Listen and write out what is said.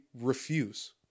refuse